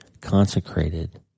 consecrated